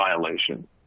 violation